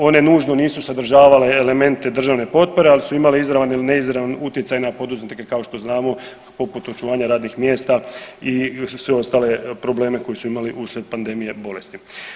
One nužno nisu sadržavale elemente državne potpore ali su imale izravan ili neizravan utjecaj na poduzetnike kao što znamo poput očuvanja radnih mjesta i sve ostale probleme koje su imali uslijed pandemije bolesti.